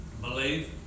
believe